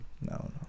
No